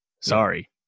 Sorry